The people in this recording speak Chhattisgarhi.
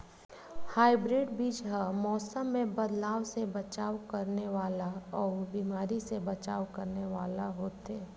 हाइब्रिड बीज हा मौसम मे बदलाव से बचाव करने वाला अउ बीमारी से बचाव करने वाला होथे